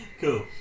Cool